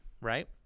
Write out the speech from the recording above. right